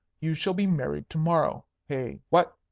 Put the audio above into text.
you shall be married to-morrow. hey? what?